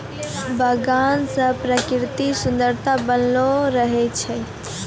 बगान से प्रकृतिक सुन्द्ररता बनलो रहै छै